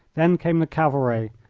then came the cavalry,